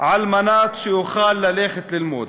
על מנת שיוכל ללכת ללמוד.